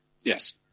Yes